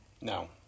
No